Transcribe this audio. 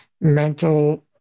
mental